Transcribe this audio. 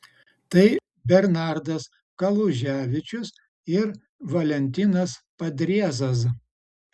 tai bernardas kaluževičius ir valentinas padriezas